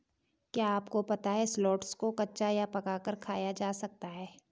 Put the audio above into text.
क्या आपको पता है शलोट्स को कच्चा या पकाकर खाया जा सकता है?